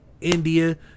india